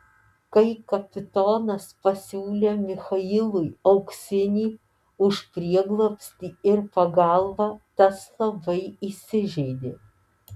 kai kapitonas pasiūlė michailui auksinį už prieglobstį ir pagalbą tas labai įsižeidė